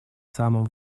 самом